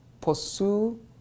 Pursue